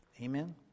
Amen